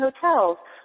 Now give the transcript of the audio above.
hotels